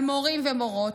על מורים ומורות,